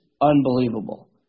unbelievable